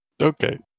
Okay